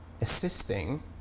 assisting